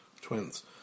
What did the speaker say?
Twins